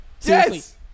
Yes